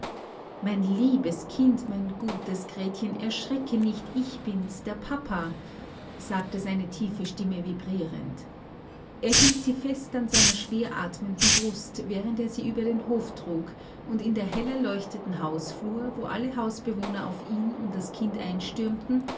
mein liebes kind mein gutes gretchen erschrecke nicht ich bin's der papa sagte seine tiefe stimme vibrierend er hielt sie fest an seiner schweratmenden brust während er sie über den hof trug und in der hellerleuchteten hausflur wo alle hausbewohner auf ihn und das kind einstürmten